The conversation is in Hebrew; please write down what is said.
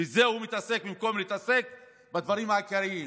בזה הוא מתעסק במקום להתעסק בדברים העיקריים.